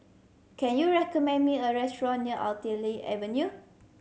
can you recommend me a restaurant near Artillery Avenue